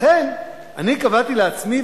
לכן קבעתי לעצמי,